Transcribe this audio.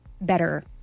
better